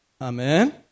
Amen